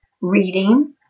reading